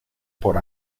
por